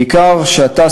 בעיקר שאתה,